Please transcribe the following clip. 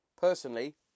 personally